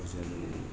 ભજન